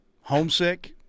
homesick